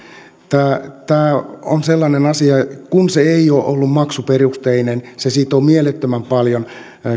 tämä tämä on sellainen asia kun se ei ole ollut maksuperusteinen se on sitonut mielettömän paljon